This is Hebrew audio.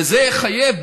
וזה יחייב,